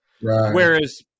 Whereas